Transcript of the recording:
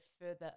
further